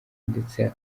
ndetse